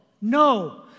No